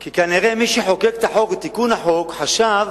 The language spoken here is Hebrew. כי כנראה מי שחוקק את תיקון החוק חשב